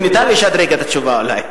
ניתן לשדרג את התשובה אולי.